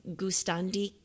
gustandi